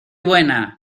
buena